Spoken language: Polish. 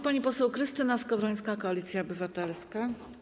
Pani poseł Krystyna Skowrońska, Koalicja Obywatelska.